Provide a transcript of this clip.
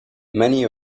many